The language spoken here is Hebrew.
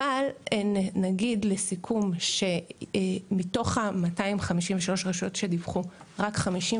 אבל נגיד לסיכום שמתוך ה- 253 רשויות דיווחו רק 52